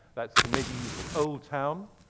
that's the medieval old town,